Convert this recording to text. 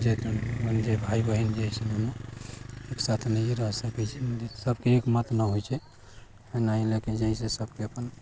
जे जे भाइ बहिन जे हय दुनू एक साथ नहिये रह सकै छै सबके एक मत न होइ छै है न लेकिन जे हय से सबके अपन